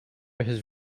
his